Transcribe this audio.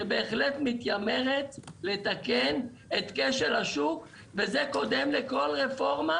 שבהחלט מתיימרת לתקן את כשל השוק וזה קודם לכל רפורמה